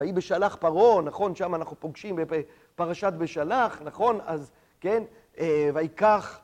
ויהי בשלח פרעה, נכון, שם אנחנו פוגשים בפרשת בשלח, נכון, אז כן, ויקח...